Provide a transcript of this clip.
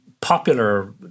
popular